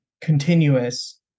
continuous